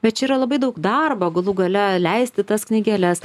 bet čia yra labai daug darbo galų gale leisti tas knygeles